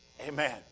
Amen